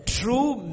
true